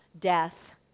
death